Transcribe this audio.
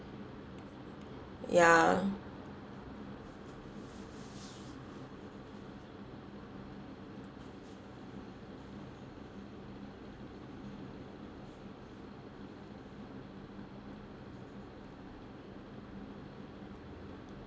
ya